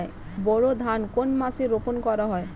বোরো ধান কোন মাসে রোপণ করা হয়?